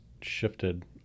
shifted